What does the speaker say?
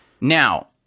Now